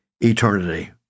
eternity